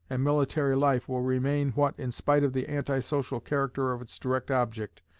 and military life will remain, what, in spite of the anti-social character of its direct object,